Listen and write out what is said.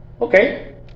okay